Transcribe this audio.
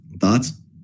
Thoughts